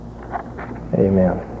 Amen